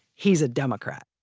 he's a democrat